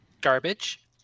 garbage